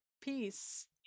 Peace